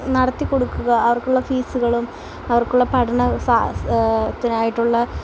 നടത്തി കൊടുക്കുക അവർക്കുള്ള ഫീസുകളും അവർക്കുള്ള പഠന സഹായത്തിനായിട്ടുള്ള